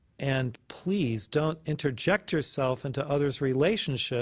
and please don't interject yourself into others' relationships